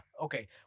Okay